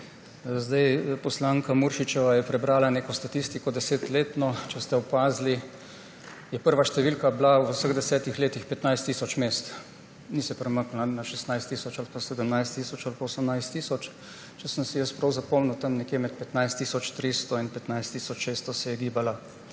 Poslanka Muršičeva je zdaj prebrala neko desetletno statistiko. Če ste opazili, je prva številka bila v vseh desetih letih 15 tisoč mest. Ni se premaknila na 16 tisoč ali pa 17 tisoč ali pa 18 tisoč, če sem si jaz prav zapomnil, tam nekje med 15 tisoč 300 in 15 tisoč 600 se je gibala.